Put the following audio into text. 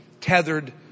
tethered